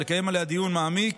ולקיים עליה דיון מעמיק,